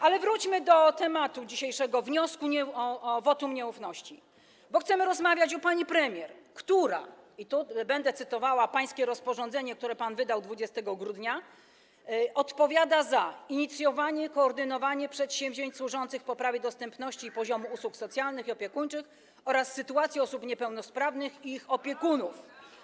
Ale wróćmy do tematu dzisiejszego wniosku o wyrażenie wotum nieufności, bo chcemy rozmawiać o pani premier, która - tu będę cytowała pańskie rozporządzenie, które pan wydał 20 grudnia - odpowiada za inicjowanie i koordynowanie przedsięwzięć służących poprawie dostępności i poziomu usług socjalnych i opiekuńczych oraz sytuacji osób niepełnosprawnych i ich opiekunów.